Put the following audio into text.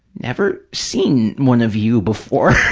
never seen one of you before.